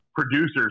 producers